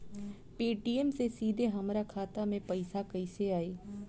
Paytm से सीधे हमरा खाता मे पईसा कइसे आई?